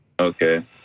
Okay